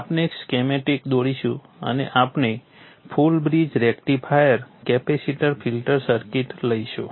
આપણે એક સ્કીમેટિક દોરીશું અને આપણે full bridge rectifier capacitor filter circuit લઈશું